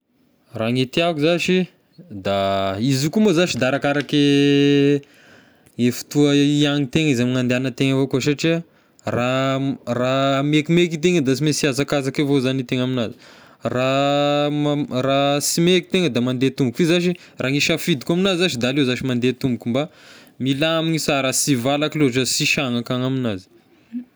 Raha gne tiako zashy da izy io koa moa zashy da arakaraky e fotoa hian-tegna izy ame handehanan-tegna avao koa satria raha raha mekimeky e tegna da sy mainsy hihazakazaka avao zagny e tegna aminazy, raha ma- raha sy meka tegna da mandeha tomboky, fa io zashy raha ny safidiko aminazy zashy da aleo zashy mandeha tomboky mba milamigny sara, sy valaky loatra, sy sy sagnaka aho ny aminazy.